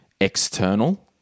external